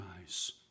eyes